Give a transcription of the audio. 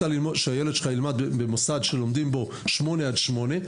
שהילד שלך ילמד במוסד שלומדים בו מ-08:00 עד 20:00,